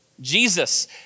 Jesus